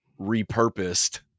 repurposed